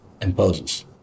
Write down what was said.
imposes